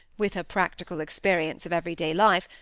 with her practical experience of every-day life,